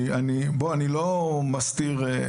בוא, אני לא מסתיר.